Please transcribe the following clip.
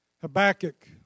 Habakkuk